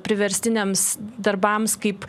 priverstiniams darbams kaip